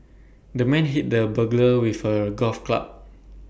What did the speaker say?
the man hit the burglar with A golf club